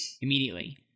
immediately